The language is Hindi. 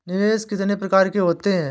निवेश कितनी प्रकार के होते हैं?